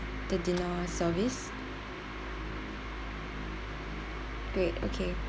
the dinner service great okay